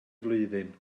flwyddyn